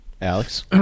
Alex